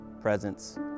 presence